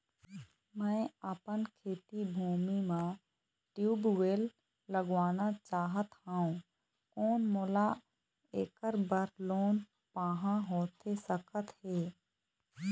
मैं अपन खेती भूमि म ट्यूबवेल लगवाना चाहत हाव, कोन मोला ऐकर बर लोन पाहां होथे सकत हे?